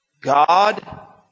God